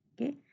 Okay